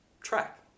track